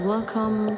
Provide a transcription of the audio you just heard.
Welcome